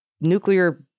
nuclear